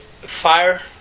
fire